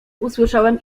usłyszałem